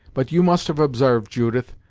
but you must have obsarved, judith,